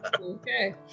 Okay